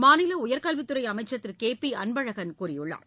மாநில உயர்கல்வித் துறை அமைச்சர் திரு கே பி அன்பழகன் கூறியுள்ளார்